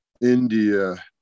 India